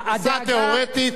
הפריסה תיאורטית,